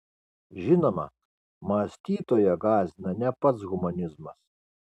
žinoma mąstytoją gąsdina ne pats humanizmas